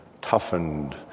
toughened